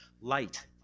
Light